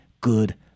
good